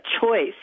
choice